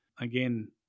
Again